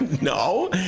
No